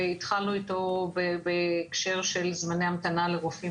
התחלנו איתו בהקשר של זמני המתנה לרופאים